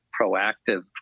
proactive